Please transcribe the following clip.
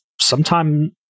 sometime